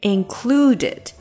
Included